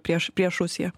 prieš prieš rusiją